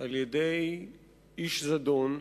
על-ידי איש זדון.